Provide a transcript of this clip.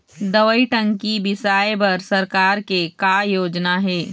दवई टंकी बिसाए बर सरकार के का योजना हे?